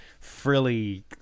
frilly